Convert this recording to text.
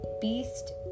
Beast